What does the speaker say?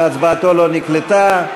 שהצבעתו לא נקלטה.